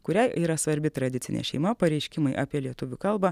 kuriai yra svarbi tradicinė šeima pareiškimai apie lietuvių kalbą